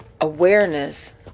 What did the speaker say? awareness